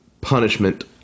punishment